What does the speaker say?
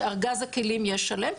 שארגז הכלים יהיה שלם,